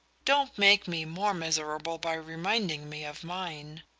don't make me more miserable by reminding me of mine.